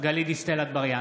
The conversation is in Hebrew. גלית דיסטל אטבריאן,